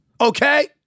okay